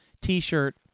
T-shirt